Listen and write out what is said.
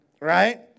right